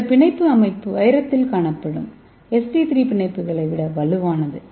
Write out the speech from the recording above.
இந்த பிணைப்பு அமைப்பு வைரத்தில் காணப்படும் எஸ்பி 3 பிணைப்புகளை விட வலுவானது